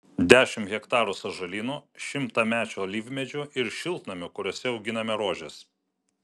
dešimt hektarų sąžalynų šimtamečių alyvmedžių ir šiltnamių kuriuose auginame rožes